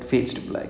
mm